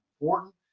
important